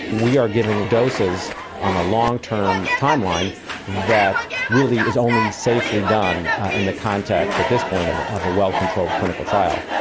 we are giving doses on a long-term timeline that really is only safely done in the context at this point of of a well-controlled clinical trial.